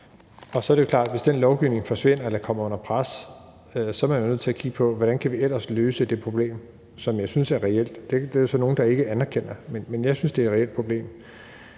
Så er det klart, at hvis den lovgivning forsvinder eller kommer under pres, er vi jo nødt til at kigge på, hvordan vi ellers kan løse det problem, som jeg synes er reelt. Det er der så nogle der ikke anerkender, men jeg synes, det er et reelt problem.